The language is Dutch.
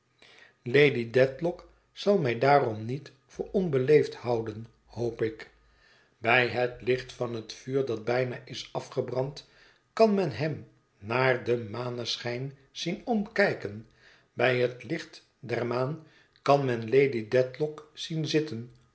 lady dedlock zal mij daarom niet voor onbeleefd houden hoop ik bij het licht van het vuur dat bijna is afgebrand kan men hem naar den maneschijn zien omkijken bij het licht der maan kan men lady dedlock zien zitten